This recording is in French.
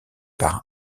par